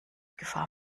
gefahr